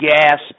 gas